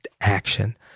action